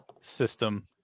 system